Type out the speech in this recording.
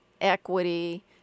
equity